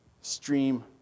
stream